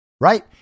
Right